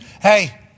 Hey